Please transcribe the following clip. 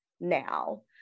now